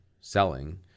selling